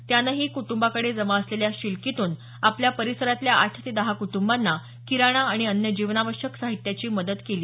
त्यानेही कुटुंबाकडे जमा असलेल्या शिलकीतून आपल्या परिसरातल्या आठ ते दहा कुटुंबांना किराणा आणि अन्य जीवनावश्यक साहित्याची मदत केली